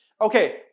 Okay